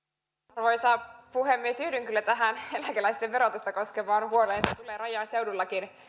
arvoisa puhemies yhdyn kyllä tähän eläkeläisten verotusta koskevaan huoleen se tulee rajaseudullakin